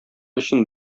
өчен